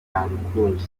rukundo